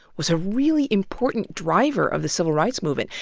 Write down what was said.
was a really important driver of the civil rights movement,